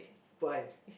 why